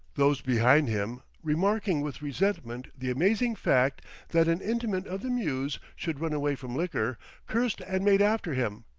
those behind him, remarking with resentment the amazing fact that an intimate of the mews should run away from liquor cursed and made after him,